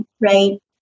right